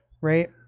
right